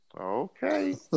Okay